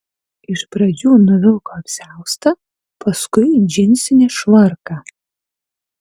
iš pradžių nuvilko apsiaustą paskui džinsinį švarką